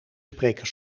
spreken